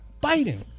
biting